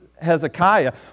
Hezekiah